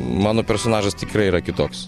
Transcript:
mano personažas tikrai yra kitoks